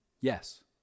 Yes